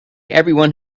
everyone